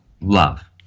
love